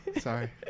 Sorry